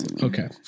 Okay